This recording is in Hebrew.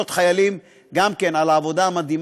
וכל יהודי שמתרחק מאתנו,